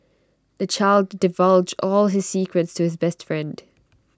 the child divulged all his secrets to his best friend